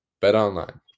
BetOnline